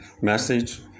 message